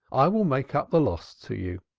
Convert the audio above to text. i will make up the loss to you.